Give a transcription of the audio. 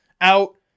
out